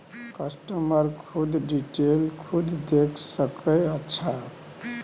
customer खुद detail खुद देख सके अच्छा